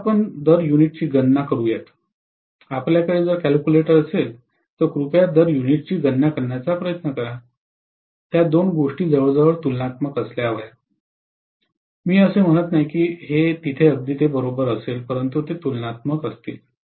आता आपण दर युनिटची गणना करा आपल्याकडे जर कॅल्क्युलेटर असेल तर कृपया दर युनिटची गणना करण्याचा प्रयत्न करा त्या दोन गोष्टी जवळजवळ तुलनात्मक असाव्यात मी असे म्हणत नाही की तिथे अगदी बरोबर असेल परंतु ते तुलनात्मक असतील